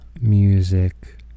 music